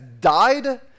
died